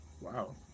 Wow